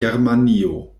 germanio